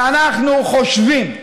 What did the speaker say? ואנחנו חושבים,